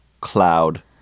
cloud